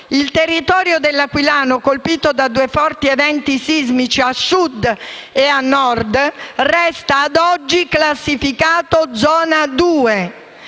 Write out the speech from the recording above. Il territorio dell'Aquilano, colpito da due forti eventi sismici, a Sud e a Nord, resta a oggi classificato zona 2.